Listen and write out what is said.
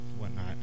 whatnot